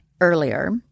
earlier